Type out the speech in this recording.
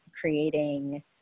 creating